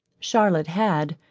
charlotte had,